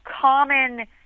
common